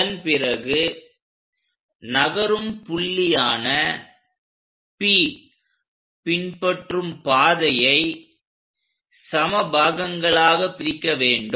அதன்பிறகு நகரும் புள்ளியான P பின்பற்றும் பாதையை சம பாகங்களாகப் பிரிக்க வேண்டும்